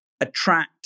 attract